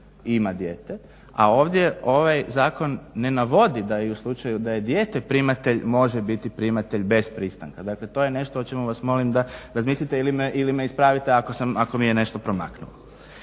ima dijete, a ovdje ovaj zakon ne navodi da je i u slučaju da je dijete primatelj može biti primatelj bez pristanka. Dakle, to je nešto o čemu vas molim da razmislite ili me ispravite ako mi je nešto pomaklo.